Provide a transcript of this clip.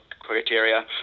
criteria